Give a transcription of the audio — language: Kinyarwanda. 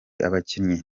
abakinnyi